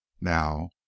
Now